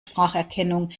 spracherkennung